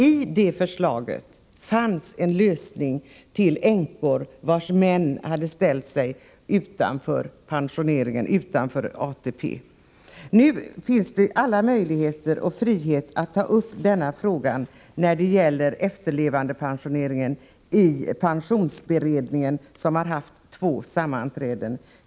I det regeringsförslaget fanns en lösning till problemet med pension till änkor vars män har ställt sig utanför ATP. Nu finns det alla möjligheter och full frihet att i pensionsberedningen, som har haft två sammanträden, aktualisera frågan om efterlevandepensionering.